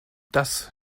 das